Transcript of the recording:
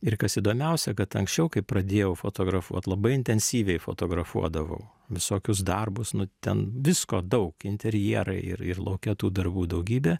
ir kas įdomiausia kad anksčiau kai pradėjau fotografuot labai intensyviai fotografuodavau visokius darbus nu ten visko daug interjerai ir ir lauke tų darbų daugybė